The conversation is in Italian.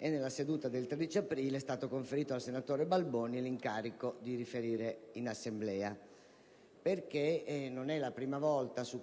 nella seduta del 13 aprile 2010, è stato conferito al senatore Balboni l'incarico di riferire in Assemblea». Non è la prima volta -